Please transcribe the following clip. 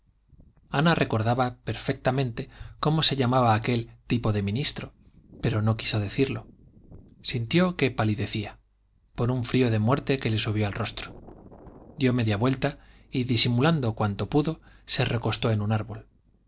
ana recordaba perfectamente cómo se llamaba aquel tipo de ministro pero no quiso decirlo sintió que palidecía por un frío de muerte que le subió al rostro dio media vuelta y disimulando cuanto pudo se recostó en un árbol